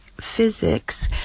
physics